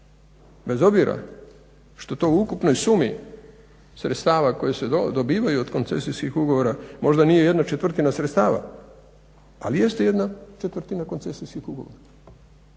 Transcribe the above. bez obzira što to u ukupnoj sumi sredstava koja se dobivaju od koncesijskih ugovora možda nije ¼ sredstava ali jeste ¼ koncesijskih ugovora